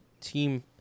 team